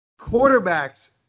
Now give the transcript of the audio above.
quarterbacks